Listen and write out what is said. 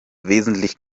wesentlich